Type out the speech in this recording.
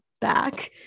back